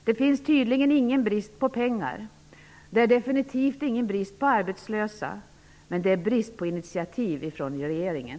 Det är tydligen ingen brist på pengar. Det är definitivt ingen brist på arbetslösa. Men det är brist på initiativ från regeringen.